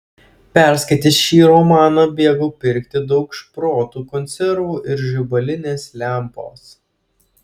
perskaitęs šį romaną bėgau pirkti daug šprotų konservų ir žibalinės lempos